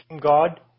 God